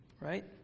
Right